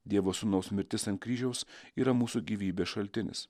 dievo sūnaus mirtis ant kryžiaus yra mūsų gyvybės šaltinis